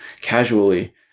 casually